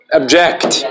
object